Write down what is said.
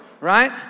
right